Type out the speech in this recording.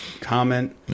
comment